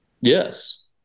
Yes